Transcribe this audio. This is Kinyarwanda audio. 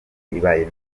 ibaye